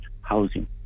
housing